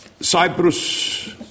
Cyprus